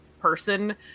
person